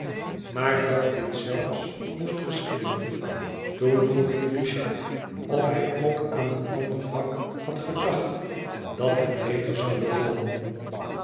maar dat dit zelfs moest geschieden toen vroeg ik richard of hij ook aan een ander vak had gedacht dat hem beter zou bevallen